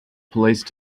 police